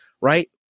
right